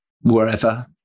wherever